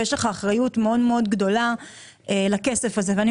אתה מבין שיש לך אחריות מאוד גדולה לכסף הזה ולכן